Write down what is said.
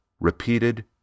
repeated